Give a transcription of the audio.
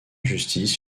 justice